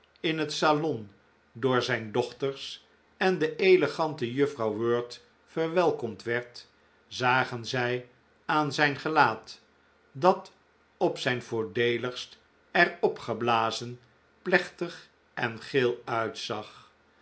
in het salon door zijn dochters en de elegante juffrouw wirt verwelkomd werd zagen zij aan zijn gelaat dat op zijn voordeeligst er opgeblazen plechtig en geel uitzag